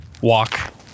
walk